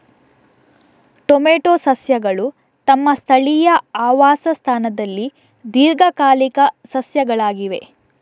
tomato ಸಸ್ಯಗಳು ತಮ್ಮ ಸ್ಥಳೀಯ ಆವಾಸ ಸ್ಥಾನದಲ್ಲಿ ದೀರ್ಘಕಾಲಿಕ ಸಸ್ಯಗಳಾಗಿವೆ